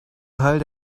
teil